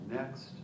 Next